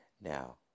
Now